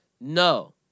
No